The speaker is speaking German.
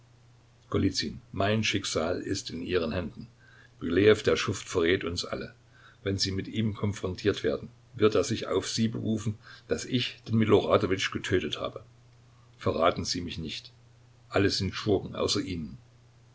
mein schicksal ist in ihren händen rylejew der schuft verrät uns alle wenn sie mit ihm konfrontiert werden wird er sich auf sie berufen daß ich den miloradowitsch getötet habe verraten sie mich nicht alle sind schurken außer ihnen